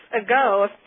ago